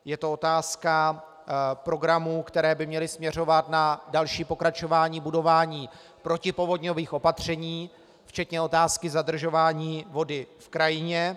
Je to otázka programů, které by měly směřovat na další pokračování budování protipovodňových opatření, včetně otázky zadržování vody v krajině.